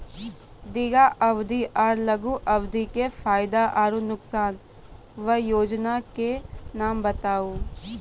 दीर्घ अवधि आर लघु अवधि के फायदा आर नुकसान? वयोजना के नाम बताऊ?